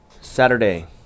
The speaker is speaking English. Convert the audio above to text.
Saturday